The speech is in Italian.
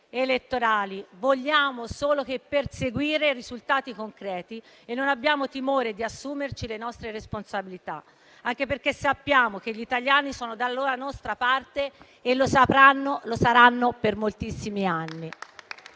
elettorali. Vogliamo solo perseguire risultati concreti e non abbiamo timore di assumerci le nostre responsabilità, anche perché sappiamo che gli italiani sono dalla nostra parte e lo saranno per moltissimi anni.